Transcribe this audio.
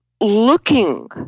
looking